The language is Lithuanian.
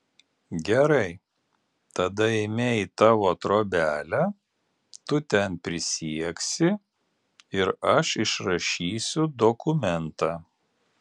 gerai tada eime į tavo trobelę tu ten prisieksi ir aš išrašysiu dokumentą